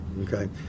okay